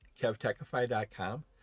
kevtechify.com